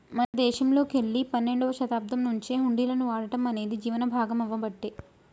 మన దేశంలోకెల్లి పన్నెండవ శతాబ్దం నుంచే హుండీలను వాడటం అనేది జీవనం భాగామవ్వబట్టే